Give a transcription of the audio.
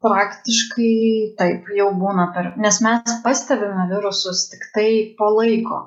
praktiškai taip jau būna per nes mes pastebime virusus tiktai po laiko